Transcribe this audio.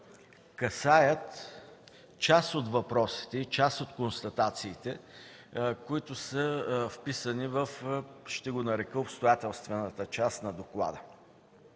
касаят част от въпросите и констатациите, които са вписани в, ще го нарека, обстоятелствената част на доклада.